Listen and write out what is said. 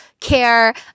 care